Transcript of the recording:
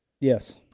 Yes